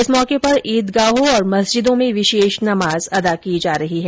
इस मौके पर ईदगाहों और मस्जिदों में विशेष नमाज अदा की जा रही है